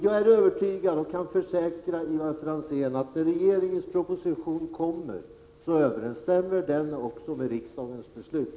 Jag är övertygad om och kan försäkra Ivar Franzén om att när regeringens proposition kommer, så skall vi finna att den också överensstämmer med riksdagens beslut.